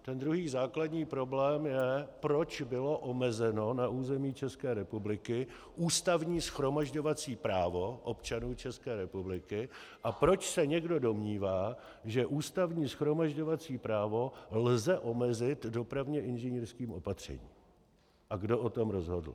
Ten druhý základní problém je, proč bylo omezeno na území České republiky ústavní shromažďovací právo občanů České republiky a proč se někdo domnívá, že ústavní shromažďovací právo lze omezit dopravně inženýrským opatřením, a kdo o tom rozhodl.